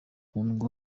kundwa